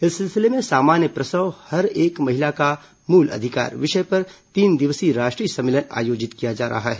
इस सिलसिले में सामान्य प्रसव हर एक महिला का मूल अधिकार विषय पर तीन दिवसीय राष्ट्रीय सम्मेलन आयोजित किया जा रहा है